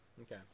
Okay